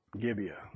Gibeah